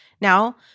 Now